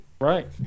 right